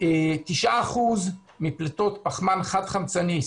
9% מפליטות פחמן חד חמצני,